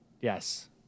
Yes